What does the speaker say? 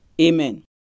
Amen